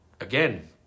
again